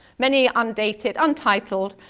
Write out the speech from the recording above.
many undated, untitled.